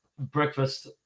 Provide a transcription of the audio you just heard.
breakfast